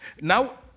Now